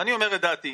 אדוני